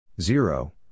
Zero